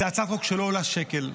זו הצעת חוק שלא עולה שקל.